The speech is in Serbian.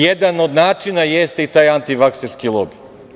Jedan od načina jeste i taj antivakserski lobi.